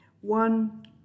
One